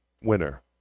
winner